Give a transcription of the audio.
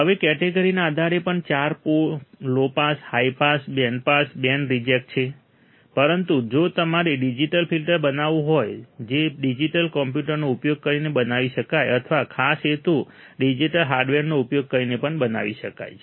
હવે કેટેગરીના આધારે પણ ચાર low pass high pass band pass band reject છે પરંતુ જો તમારે ડિજિટલ ફિલ્ટર બનાવવું હોય જે ડિજિટલ કમ્પ્યુટરનો ઉપયોગ કરીને બનાવી શકાય અથવા ખાસ હેતુ ડિજિટલ હાર્ડવેરનો ઉપયોગ કરીને પણ બનાવી શકાય છે